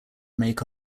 make